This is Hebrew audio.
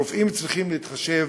הרופאים צריכים להתחשב